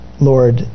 Lord